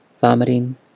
vomiting